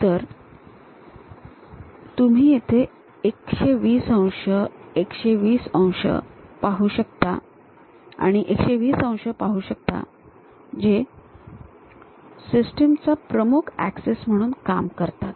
तर तुम्ही येथे 120 अंश 120 अंश आणि 120 अंश पाहू शकता जे सिस्टिम चा प्रमुख ऍक्सिस म्हणून काम करतात